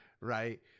right